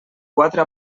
quatre